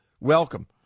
welcome